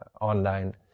online